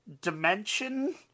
dimension